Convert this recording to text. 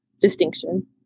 distinction